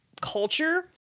culture